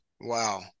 Wow